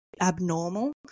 abnormal